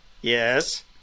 Yes